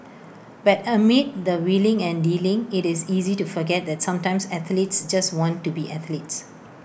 but amid the wheeling and dealing IT is easy to forget that sometimes athletes just want to be athletes